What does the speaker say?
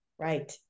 Right